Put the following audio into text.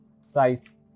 size